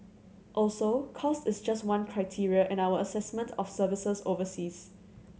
also cost is just one criteria in our assessment of services overseas